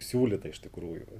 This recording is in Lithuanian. siūlyta iš tikrųjų